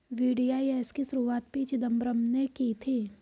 VDIS की शुरुआत P Chidambaram ने की थी